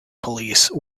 police